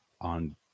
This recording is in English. on